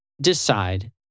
decide